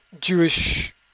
Jewish